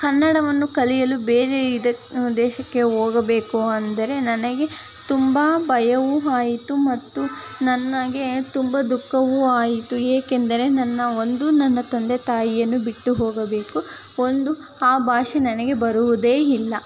ಕನ್ನಡವನ್ನು ಕಲಿಯಲು ಬೇರೆ ಇದಕ್ಕೆ ದೇಶಕ್ಕೆ ಹೋಗಬೇಕು ಅಂದರೆ ನನಗೆ ತುಂಬ ಭಯವೂ ಆಯಿತು ಮತ್ತು ನನಗೆ ತುಂಬ ದುಃಖವೂ ಆಯಿತು ಏಕೆಂದರೆ ನನ್ನ ಒಂದು ನನ್ನ ತಂದೆ ತಾಯಿಯನ್ನು ಬಿಟ್ಟು ಹೋಗಬೇಕು ಒಂದು ಆ ಭಾಷೆ ನನಗೆ ಬರುವುದೇ ಇಲ್ಲ